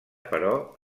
però